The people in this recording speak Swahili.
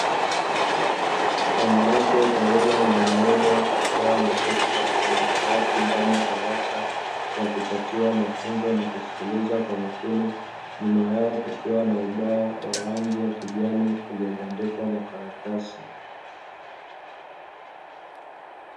wanawake pamoja na wanaume wakiwa wameketi katika madawati ndani ya darasa, wakipatiwa mafunzo na kusikiliza kwa makini ,nyuma yao kukiwa na ubao wa rangi ya kijani uliobandikwa makaratasi.